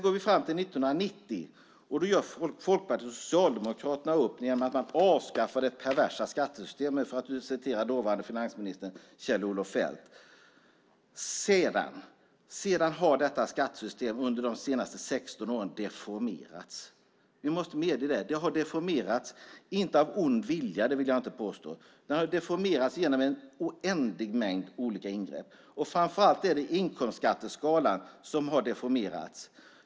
År 1990 gör Folkpartiet och Socialdemokraterna upp och avskaffar det perversa skattesystemet, för att citera dåvarande finansminister Kjell-Olof Feldt. Därefter har detta skattesystem under de senaste 16 åren deformerats. Ni måste medge det. Det har deformerats, dock inte av ond vilja - det vill jag inte påstå. Det har deformerats genom en oändlig mängd olika ingrepp, och framför allt är det inkomstskatteskalan som har deformerats.